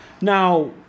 Now